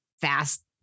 fast